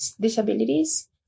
Disabilities